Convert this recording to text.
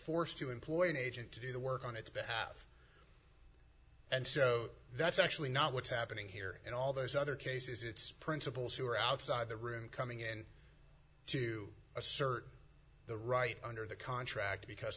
forced to employ an agent to do the work on its behalf and so that's actually not what's happening here in all those other cases it's principals who are outside the room coming in to assert the right under the contract because